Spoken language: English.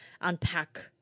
unpack